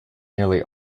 nearly